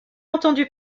entendu